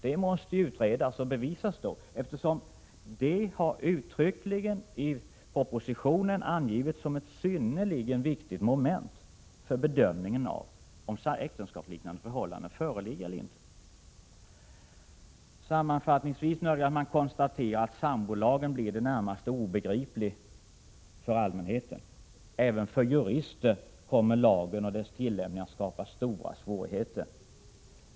Det måste då utredas och bevisas, eftersom det i propositionen uttryckligen angivits som ett synnerligen viktigt moment för bedömningen av om äktenskapsliknande förhållande förelegat eller inte. Sammanfattningsvis nödgas man konstatera att sambolagen blir i det närmaste obegriplig för allmänheten. Även för jurister kommer lagen och dess tillämpning att skapa stora svårigheter.